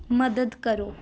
ਮਦਦ ਕਰੋ